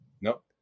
Nope